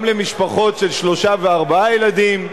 גם למשפחות של שלושה וארבעה ילדים,